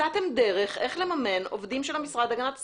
מצאתם דרך איך לממן עובדים של המשרד להגנת הסביבה.